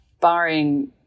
barring